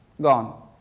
gone